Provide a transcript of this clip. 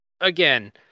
again